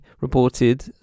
reported